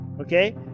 Okay